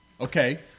Okay